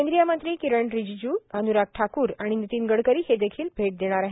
केंद्रीय मंत्री किरेन रिजीजू अनुराग ठाकूर नितीन गडकरी हे देखील भेट देणार आहे